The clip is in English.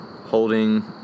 holding